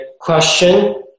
question